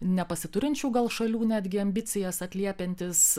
nepasiturinčių gal šalių netgi ambicijas atliepiantis